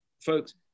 folks